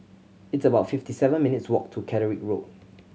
it's about fifty seven minutes' walk to Catterick Road